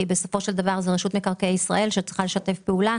כי מדובר ברשות מקרקעי ישראל שצריכה לשתף פעולה.